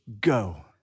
Go